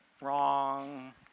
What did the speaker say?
Wrong